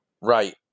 Right